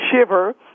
shiver